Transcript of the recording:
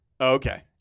Okay